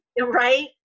Right